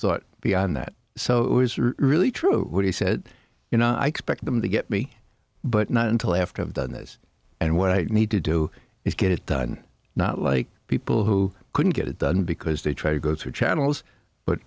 thought beyond that so it was really true when he said you know i spect them to get me but not until after of done this and what i need to do is get it done not like people who couldn't get it done because they try to go through channels but